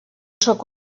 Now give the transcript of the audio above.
sóc